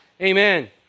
Amen